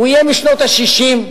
הוא יהיה משנות ה-60,